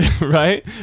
right